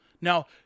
Now